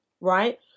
Right